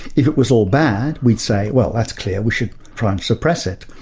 if it was all bad, we'd say, well that's clear, we should try and suppress it.